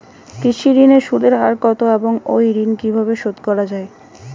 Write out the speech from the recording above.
কৃষি ঋণের সুদের হার কত এবং এই ঋণ কীভাবে শোধ করা য়ায়?